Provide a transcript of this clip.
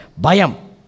bayam